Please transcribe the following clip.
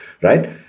right